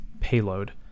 payload